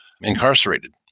incarcerated